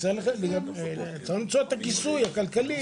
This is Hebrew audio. שצריך למצוא את המקור התקציבי לכך.